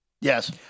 Yes